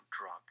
drug